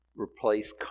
replace